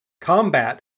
combat